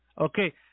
Okay